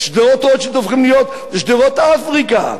שדרות-רוטשילד הופכות להיות שדרות-אפריקה,